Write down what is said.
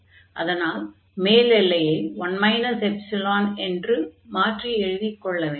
அதனால் மேல் எல்லையை 1 ϵ என்று மாற்றி எழுதிக் கொள்ள வேண்டும்